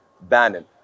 Bannon